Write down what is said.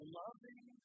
loving